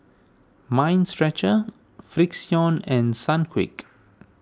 Mind Stretcher Frixion and Sunquick